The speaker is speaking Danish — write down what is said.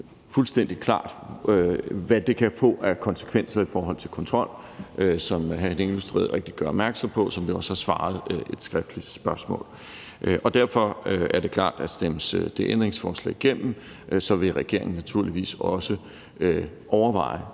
fuldstændig klart, hvad det kan få af konsekvenser i forhold til kontrol, hvilket hr. Henning Hyllested rigtigt gør opmærksom på, og hvilket vi også har svaret på i et skriftligt spørgsmål. Derfor er det klart, at stemmes det ændringsforslag igennem, så vil regeringen naturligvis også overveje